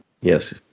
Yes